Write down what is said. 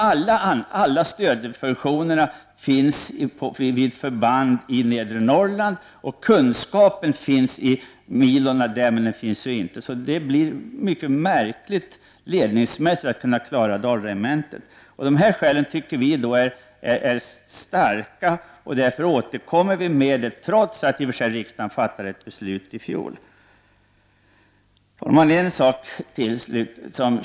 Alla stödfunktionerna skulle finnas vid förband i Nedre Norrland, och kunskaperna skulle finnas inom milona där. Det blir ledningsmässigt ett mycket märkligt sätt att behandla Dalaregementet. Vi tycker att dessa skäl är starka och vi framför dem därför återigen, trots det beslut som riksdagen fattade i fjol. Herr talman!